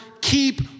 keep